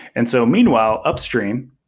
and so meanwhile, upstream,